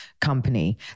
company